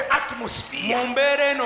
atmosphere